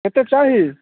कतेक चाही